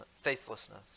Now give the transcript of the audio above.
faithlessness